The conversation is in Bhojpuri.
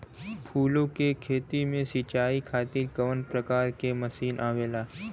फूलो के खेती में सीचाई खातीर कवन प्रकार के मशीन आवेला?